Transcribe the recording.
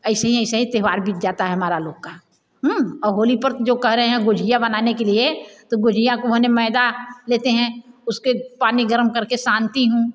ऐसे ही ऐसे ही त्योहार बीत जाता है हम लोगों का और होली पर जो कह रहे हैं गुजिया बनाने के लिए तो गुजिया को होने मैदा लेते हैं उसके पानी गरम कर के सानती हूँ